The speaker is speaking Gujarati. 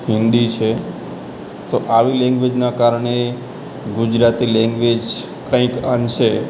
હિંદી છે તો આવી લૅંગ્વેજના કારણે ગુજરાતીલૅંગ્વેજ કંઇક અંશે